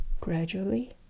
gradually